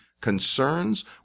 concerns